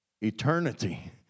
Eternity